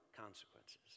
consequences